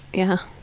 yeah.